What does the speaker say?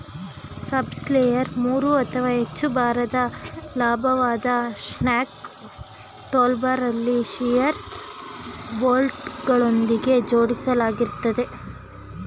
subsoiler ಮೂರು ಅಥವಾ ಹೆಚ್ಚು ಭಾರವಾದ ಲಂಬವಾದ ಶ್ಯಾಂಕ್ ಟೂಲ್ಬಾರಲ್ಲಿ ಶಿಯರ್ ಬೋಲ್ಟ್ಗಳೊಂದಿಗೆ ಜೋಡಿಸಲಾಗಿರ್ತದೆ